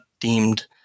deemed